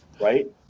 right